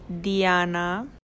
Diana